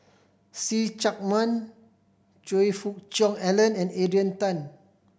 See Chak Mun Choe Fook Cheong Alan and Adrian Tan